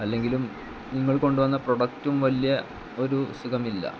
അല്ലെങ്കിലും നിങ്ങൾ കൊണ്ടുവന്ന പ്രോഡക്റ്റും വലിയ ഒരു സുഖമില്ല